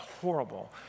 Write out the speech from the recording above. horrible